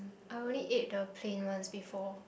I only ate the plain ones before